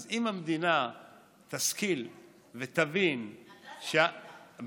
אז אם המדינה תשכיל ותבין, אתה זה המדינה.